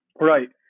Right